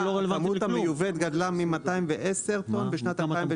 הכמות המיובאת גדלה מ-210 טון בשנת 2018